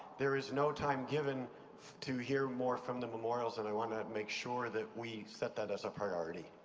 there is no time given to hear more from the memorials and i wanted to make sure that we set that as a priority.